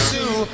Sue